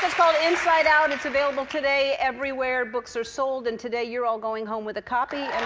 called inside out. it's available today everywhere books are sold. and today you're all going home with a copy, and